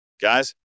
Guys